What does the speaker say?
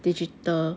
digital